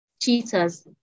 cheaters